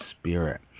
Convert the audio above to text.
spirit